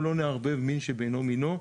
בואו לא נערבב מין בשאינו מינו.